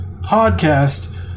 podcast